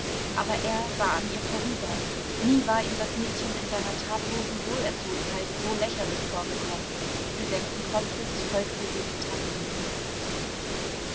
aber er sah an ihr vorüber nie war ihm das mädchen in seiner tadellosen wohlerzogenheit so lächerlich vorgekommen gesenkten kopfes folgte sie den tanten